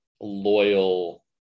loyal